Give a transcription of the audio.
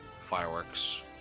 fireworks